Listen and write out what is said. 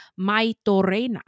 Maitorena